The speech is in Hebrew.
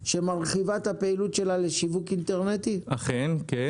שמרחיבה את הפעילות שלה לשיווק אינטרנטי -- אכן כן.